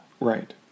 Right